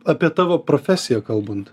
apie tavo profesiją kalbant